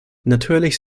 natürlich